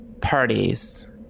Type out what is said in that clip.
parties